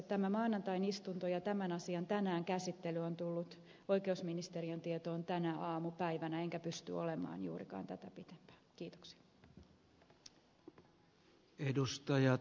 tämä maanantain istunto ja tämän asian käsittely tänään on tullut oikeusministeriön tietoon tänä aamupäivänä enkä pysty olemaan juurikaan tätä pitempään